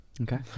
okay